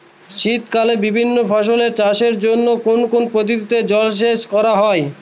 শীতকালে বিভিন্ন ফসলের চাষের জন্য কোন কোন পদ্ধতিতে জলসেচ করা হয়?